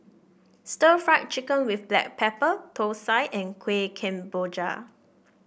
Stir Fried Chicken with Black Pepper thosai and Kuih Kemboja